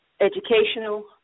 educational